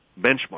benchmark